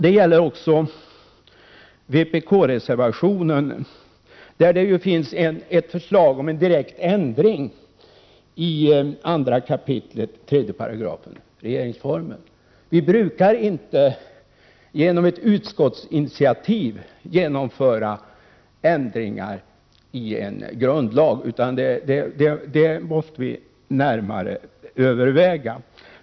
Detsamma gäller vpk-reservationen, där det finns ett förslag om en direkt ändring i 2 kap. 3 § regeringsformen. Vi brukar inte genom ett utskottsinitiativ genomföra ändringar i en grundlag, utan det måste närmare övervägas.